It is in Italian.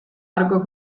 argo